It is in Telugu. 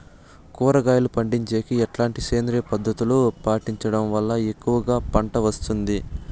కూరగాయలు పండించేకి ఎట్లాంటి సేంద్రియ పద్ధతులు పాటించడం వల్ల ఎక్కువగా పంట వస్తుంది?